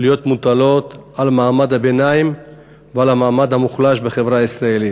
להיות מוטלות על מעמד הביניים ועל המעמד המוחלש בחברה הישראלית.